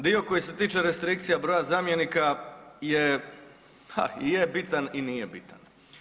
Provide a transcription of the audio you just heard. Dio koji se tiče restrikcija broja zamjenika je, pa i je bitan i nije bitan.